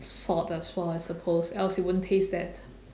salt as well I suppose else it won't taste that